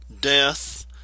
death